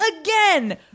again